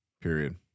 Period